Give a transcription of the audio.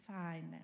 fine